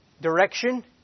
direction